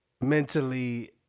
mentally